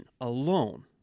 alone